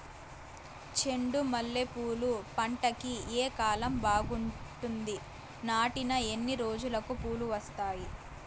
చెండు మల్లె పూలు పంట కి ఏ కాలం బాగుంటుంది నాటిన ఎన్ని రోజులకు పూలు వస్తాయి